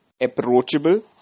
approachable